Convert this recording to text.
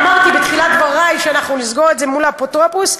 אמרתי בתחילת דברי שאנחנו נסגור את זה מול האפוטרופוס.